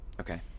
Okay